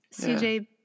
CJ